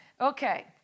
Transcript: Okay